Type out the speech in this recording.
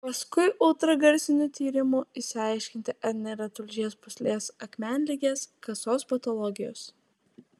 paskui ultragarsiniu tyrimu išsiaiškinti ar nėra tulžies pūslės akmenligės kasos patologijos